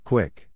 Quick